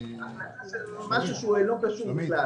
זה פשוט לא קשור בכלל.